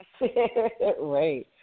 Right